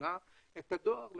את הדואר לשם.